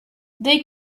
they